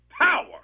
power